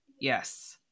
Yes